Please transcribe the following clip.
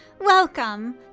Welcome